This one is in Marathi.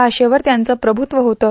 भाषेवर त्यांचे प्रभूत्व होतं